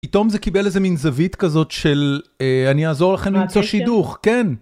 פיתאום זה קיבל איזה מין זווית כזאת של אני אעזור לכם למצוא שידוך כן.